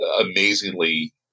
amazingly